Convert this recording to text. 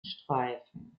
streifen